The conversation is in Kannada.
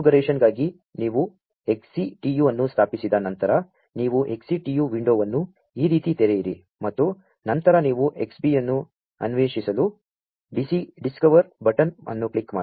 ಆದ್ದರಿಂ ದ ಕಾ ನ್ಫಿಗರೇ ಶನ್ಗಾ ಗಿ ನೀ ವು XCTU ಅನ್ನು ಸ್ಥಾ ಪಿಸಿದ ನಂ ತರ ನೀ ವು XCTU ವಿಂ ಡೋ ವನ್ನು ಈ ರೀ ತಿ ತೆರೆಯಿರಿ ಮತ್ತು ನಂ ತರ ನೀ ವು Xbee ಅನ್ನು ಅನ್ವೇ ಷಿಸಲು ಡಿಸ್ಕ ವರ್ ಬಟನ್ ಅನ್ನು ಕ್ಲಿಕ್ ಮಾ ಡಿ